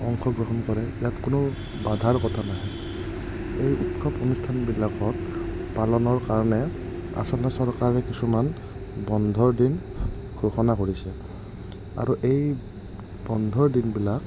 অংশগ্ৰহণ কৰে ইয়াত কোনো বাধাৰ কথা নাহে এই উৎসৱ অনুষ্ঠানবিলাকত পালনৰ কাৰণে আচলতে চৰকাৰে কিছুমান বন্ধৰ দিন ঘোষণা কৰিছে আৰু এই বন্ধৰ দিনবিলাক